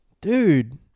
Dude